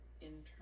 internal